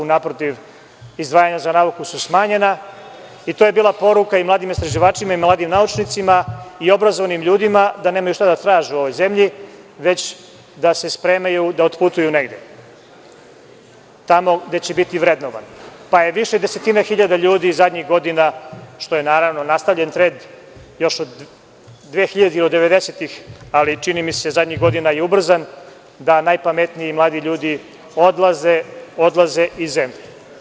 Naprotiv, izdvajanja za nauku su smanjena i to je bila poruka mladim istraživačima, naučnicima i obrazovanim ljudima da nemaju šta da traže u ovoj zemlji, već da se spremaju da otputuju negde gde će biti vrednovani, pa je više desetina hiljada ljudi zadnjih godina, što se nastavlja još od 90-ih godina, ali čini mi se da je zadnjih godina ubrzan, da najpametniji mladi ljudi odlaze iz zemlje.